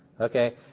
Okay